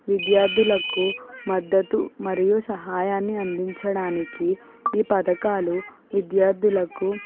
విద్యార్థులకు మద్దతు మరియు సహాయాన్ని అందించడానికి ఈ పథకాలు విద్యార్థులకు